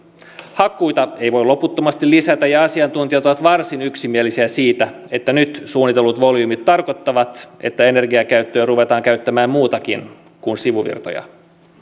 hakkuita ei voi loputtomasti lisätä ja asiantuntijat ovat varsin yksimielisiä siitä että nyt suunnitellut volyymit tarkoittavat että energiakäyttöön ruvetaan käyttämään muutakin kuin sivuvirtoja